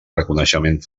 reconeixement